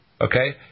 Okay